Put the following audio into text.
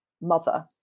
mother